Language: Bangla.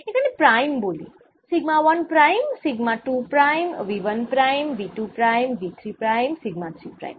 এখানে প্রাইম বলি sigma 1 prime sigma 2 prime V 1 prime V 2 prime V 3 prime sigma 3 prime